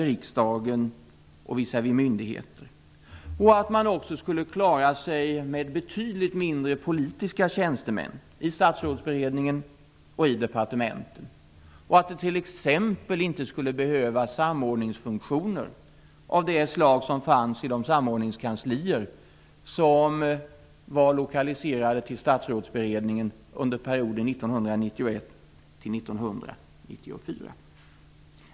Man skulle också kunna tro att regeringarna Carlsson och Persson skulle klarat sig med betydligt färre politiska tjänstemän i statsrådsberedning och departement och att det t.ex. inte skulle behövas någon samordningsfunktion av det slag som fanns 1991-1994 i det samordningkansli som var lokaliserat till statsrådsberedningen.